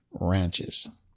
ranches